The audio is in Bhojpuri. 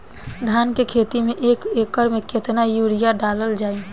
धान के खेती में एक एकड़ में केतना यूरिया डालल जाई?